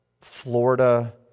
Florida